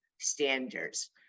standards